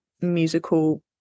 musical